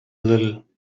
little